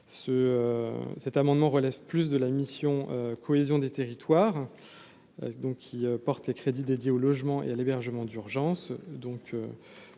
cet amendement relève plus de la mission cohésion des territoires donc qui porte les crédits dédiés au logement et à l'hébergement d'urgence,